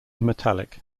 metallic